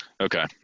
Okay